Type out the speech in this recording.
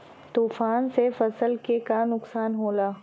तूफान से फसल के का नुकसान हो खेला?